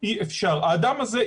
האדם הזה,